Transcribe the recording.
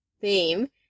theme